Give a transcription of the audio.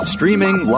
Streaming